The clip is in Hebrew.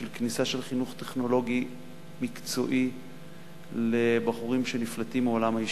של כניסה של חינוך טכנולוגי מקצועי לבחורים שנפלטים מעולם הישיבות.